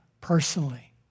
personally